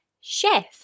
Chef